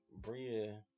bria